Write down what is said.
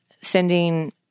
sending